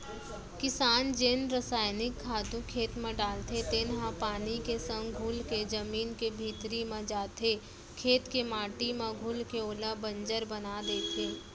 किसान जेन रसइनिक खातू खेत म डालथे तेन ह पानी के संग घुलके जमीन के भीतरी म जाथे, खेत के माटी म घुलके ओला बंजर बना देथे